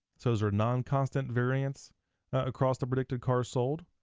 so is there non-constant variance across the predicted cars sold?